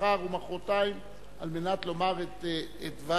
מחר ומחרתיים על מנת לומר את דבר